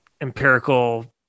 empirical